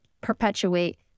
perpetuate